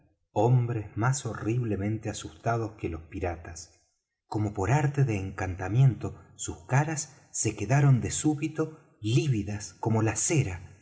hombres más horriblemente asustados que los piratas como por arte de encantamiento sus caras se quedaron de súbito lívidas como la cera